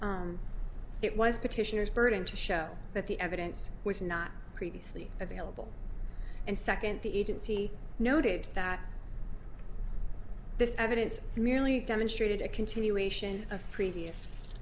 t it was petitioners burden to show that the evidence was not previously available and second the agency noted that this evidence merely demonstrated a continuation of previous